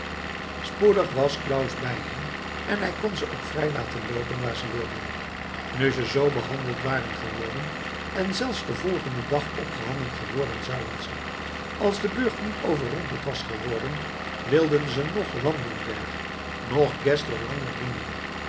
spoedig was claus bij hen en hij kon ze ook vrij laten loopen waar ze wilden nu ze z behandeld waren geworden en zelfs den volgenden dag opgehangen geworden zouden zijn als de burcht niet overrompeld was geworden wilden ze noch landenberg noch geszler langer dienen